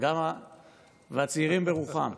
והצעירים ברוחם,